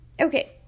okay